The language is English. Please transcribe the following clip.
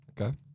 Okay